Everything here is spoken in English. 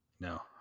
No